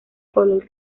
color